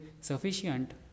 sufficient